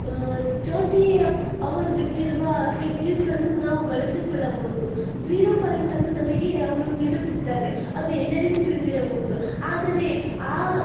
ಜ್ಯೋತಿ ಅವರು ಬಿಟ್ಟಿರುವ ವಿದ್ಯುತ್ತನ್ನು ನಾವು ಬಳಸಿಕೊಳ್ಳಬಹುದು ಜೀರೋ ಕರೆಂಟನ್ನು ನಮಗೆ ಅವರು ನೀಡುತ್ತಿದ್ದಾರೆ ಅದು ಎಲ್ಲರಿಗೂ ತಿಳಿದಿರಬಹುದು ಆದರೆ ಆ